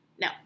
No